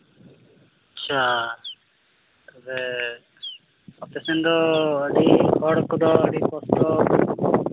ᱟᱪᱪᱷᱟ ᱛᱚᱵᱮ ᱟᱯᱮ ᱥᱮᱱ ᱫᱚ ᱟᱹᱰᱤ ᱦᱚᱲ ᱠᱚᱫᱚ ᱟᱹᱰᱤ ᱠᱚᱥᱴᱚ